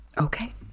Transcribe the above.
Okay